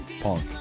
punk